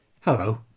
Hello